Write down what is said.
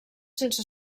sense